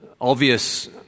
obvious